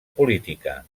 política